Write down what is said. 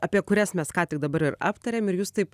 apie kurias mes ką tik dabar ir aptarėm ir jūs taip